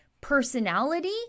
personality